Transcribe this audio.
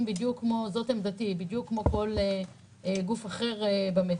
ונכסים בדיוק כמו כל גוף אחר במדינה,